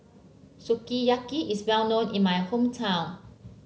sukiyaki is well known in my hometown